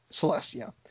Celestia